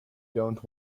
dont